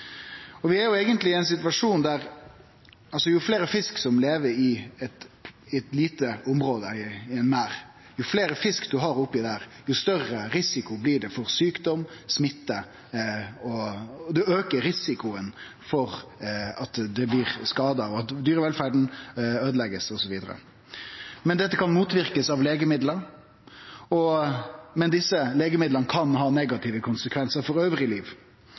og vi trur at endringar ikkje skjer utan eit betydeleg, betydeleg offentleg engasjement i desse sakene. Jo fleire fiskar som lever i eit lite område, i ein merd, jo fleire fiskar ein har oppi der, jo større risiko blir det for sjukdom og smitte, og ein aukar risikoen for at det blir skadar, at dyrevelferda blir øydelagd, osv. Men dette kan motverkast med legemiddel, men desse legemidla kan ha negative konsekvensar for anna liv.